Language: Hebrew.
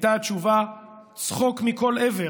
הייתה התשובה צחוק מכל עבר.